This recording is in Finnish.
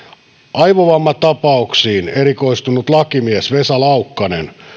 aivovammatapauksiin erikoistunut lakimies vesa laukkanen